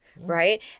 Right